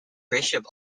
bishop